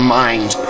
mind